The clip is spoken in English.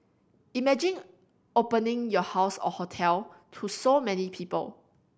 imagine opening your house or hotel to so many people